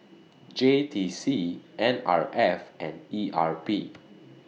J T C N R F and E R P